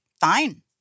fine